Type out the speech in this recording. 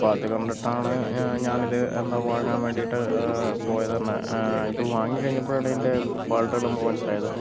അപ്പോൾ അത് കണ്ടിട്ടാണ് ഞാനിത് വാങ്ങാൻ വേണ്ടിട്ട് പോയത് തന്നെ ഇത് വാങ്ങിക്കഴിഞ്ഞപ്പഴാണ് ഇതിൻ്റെ ഫാൾട്ടുകള് നമുക്ക് മനസിലായത്